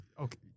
Okay